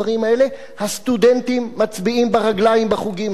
והסטודנטים מצביעים ברגליים בחוגים האלה